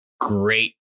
great